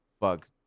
fuck